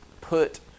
put